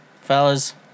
fellas